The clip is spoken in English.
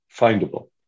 findable